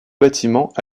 bâtiment